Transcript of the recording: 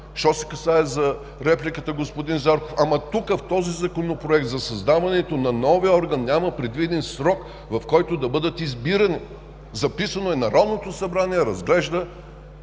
Що се касае за репликата на господин Зарков. Ама тук, в този Законопроект за създаването на новия орган, няма предвиден срок, в който да бъдат избирани. Записано е: „Народното събрание разглежда